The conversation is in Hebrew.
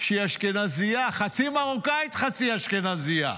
שהיא אשכנזייה, חצי מרוקאית חצי אשכנזייה,